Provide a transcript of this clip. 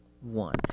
one